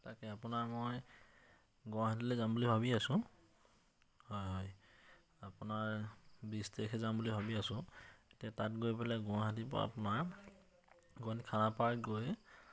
তাকে আপোনাৰ মই গুৱাহাটীলৈ যাম বুলি ভাবি আছোঁ হয় আপোনাৰ বিছ তাৰিখে যাম বুলি ভাবি আছোঁ এতিয়া তাত গৈ পেলাই গুৱাহাটীত আপোনাৰ গুৱাহাটীত খানাপাৰা গৈ